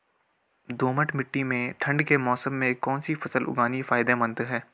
दोमट्ट मिट्टी में ठंड के मौसम में कौन सी फसल उगानी फायदेमंद है?